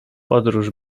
podróż